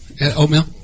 oatmeal